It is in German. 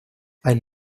ein